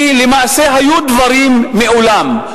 כי למעשה היו דברים בעולם.